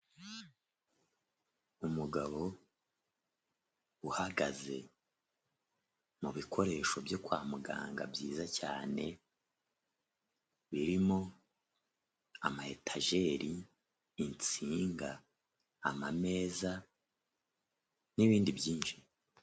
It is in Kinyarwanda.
Umugabo uhagaze mu bikoresho byo kwa muganga byiza cyane, birimo: amayetajeri, insinga, amameza n'ibindi byinshi.